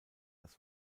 das